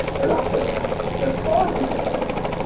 they're not turing complete. they're far from turing complete,